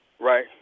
right